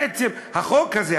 בעצם החוק הזה,